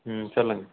ம் சொல்லுங்கள்